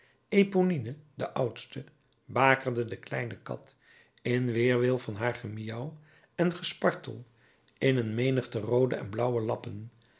eponine de oudste bakerde de kleine kat in weerwil van haar gemiauw en gespartel in een menigte roode en blauwe lappen